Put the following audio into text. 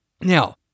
Now